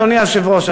אדוני היושב-ראש,